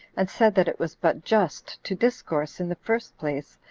and said that it was but just to discourse, in the first place,